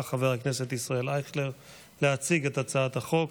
חבר הכנסת ישראל אייכלר להציג את הצעת החוק.